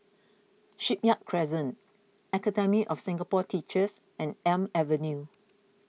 Shipyard Crescent Academy of Singapore Teachers and Elm Avenue